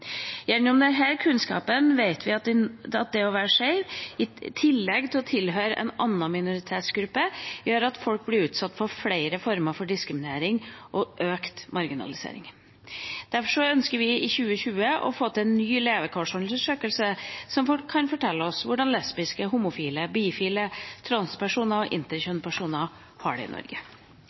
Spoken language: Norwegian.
Gjennom denne kunnskapen vet vi at det å være skeiv i tillegg til å tilhøre en annen minoritetsgruppe gjør at folk utsettes for flere former for diskriminering og økt marginalisering. Derfor ønsker vi i 2020 å få til en ny levekårsundersøkelse som kan fortelle oss hvordan lesbiske, homofile, bifile, transpersoner og interkjønnspersoner har det i Norge.